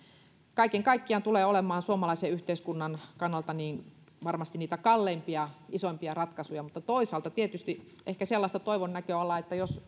kaiken kaikkiaan nämä digitalisaatiohankkeet tulevat olemaan suomalaisen yhteiskunnan kannalta varmasti niitä kalleimpia isoimpia ratkaisuja mutta toisaalta tietysti ehkä toivon sellaista näköalaa että jos